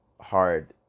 hard